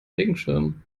regenschirm